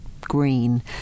green